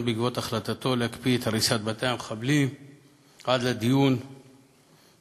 בעקבות החלטתו להקפיא את הריסת בתי המחבלים עד לדיון שיתקיים.